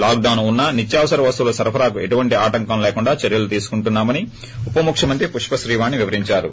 lock డొస్ ఉన్నా నిత్యావసర వస్తువుల సరఫరాకు ఎటువంటి ఆటంకం లేకుండా చర్యలు తీసుకుంటున్నా మని ఉప ముఖ్యమంత్రి పుష్పత్రీవాణి వివరించారు